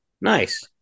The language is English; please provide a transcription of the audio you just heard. Nice